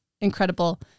incredible